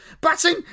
Batting